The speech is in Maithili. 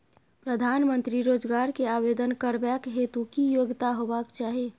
प्रधानमंत्री रोजगार के आवेदन करबैक हेतु की योग्यता होबाक चाही?